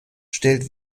stellt